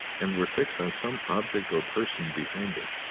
and were fixed on some object or person behind her.